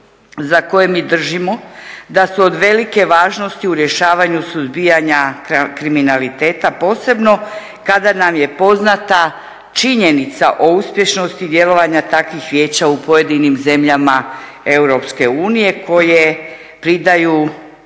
za koje mi držimo da su od velike važnosti u rješavanju suzbijanju kriminaliteta, posebno kada nam je poznata činjenica o uspješnosti djelovanja takvih vijeća u pojedinim zemljama EU koje pridaju